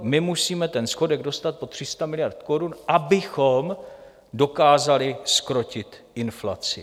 My musíme ten schodek dostat pod 300 miliard korun, abychom dokázali zkrotit inflaci.